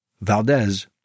Valdez